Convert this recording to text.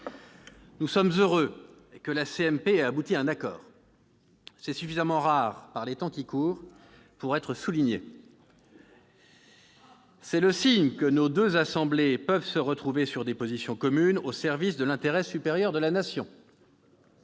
nous sommes heureux que la CMP ait abouti à un accord. C'est suffisamment rare, par les temps qui courent, pour être souligné. Eh oui ! C'est le signe que nos deux assemblées peuvent se retrouver sur des positions communes, au service de l'intérêt supérieur de la Nation.